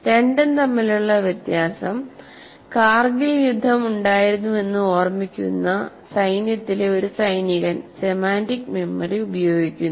രണ്ടും തമ്മിലുള്ള വ്യത്യാസം കാർഗിൽ യുദ്ധം ഉണ്ടായിരുന്നുവെന്ന് ഓർമിക്കുന്ന സൈന്യത്തിലെ ഒരു സൈനികൻ സെമാന്റിക് മെമ്മറി ഉപയോഗിക്കുന്നു